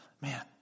man